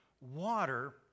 water